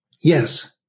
Yes